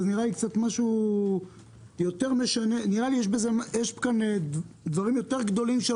נראה לי שיש כאן דברים יותר גדולים.